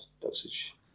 dosage